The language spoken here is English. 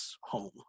home